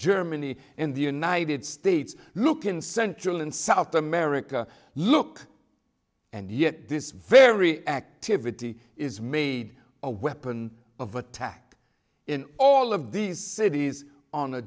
germany and the united states look in central and south america look and yet this very activity is made a weapon of attack in all of these cities on a